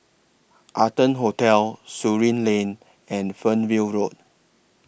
Arton Hotel Surin Lane and Fernhill Road